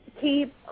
Keep